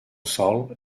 sòl